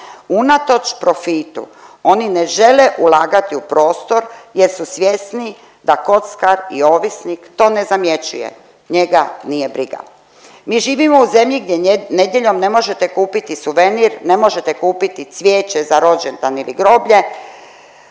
Unatoč profitu oni ne žele ulagati u prostor, jer su svjesni da kockar i ovisnik to ne zamjećuje, njega nije briga. Mi živimo u zemlji gdje nedjeljom ne možete kupiti suvenir, ne možete kupiti cvijeće za rođendan ili groblje,